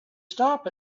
stop